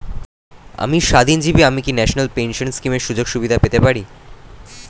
আমি স্বাধীনজীবী আমি কি ন্যাশনাল পেনশন স্কিমের সুযোগ সুবিধা পেতে পারি?